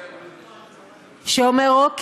שאומר: אוקיי,